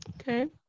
Okay